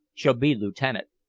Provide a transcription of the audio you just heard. shall be lieutenant.